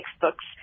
textbooks